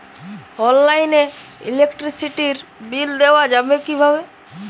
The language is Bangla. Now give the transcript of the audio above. অনলাইনে ইলেকট্রিসিটির বিল দেওয়া যাবে কিভাবে?